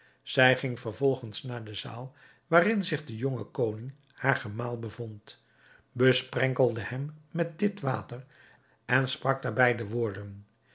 zij ging vervolgens naar de zaal waarin zich de jonge koning haar gemaal bevond besprenkelde hem met dit water en sprak daarbij de woorden